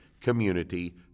community